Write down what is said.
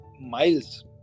miles